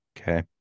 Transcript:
Okay